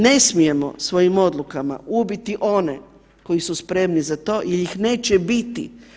Ne smijemo svojim odlukama ubiti one koji su spremni za to jer ih neće biti.